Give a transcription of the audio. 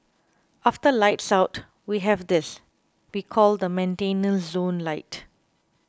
after lights out we have this we call the maintenance zone light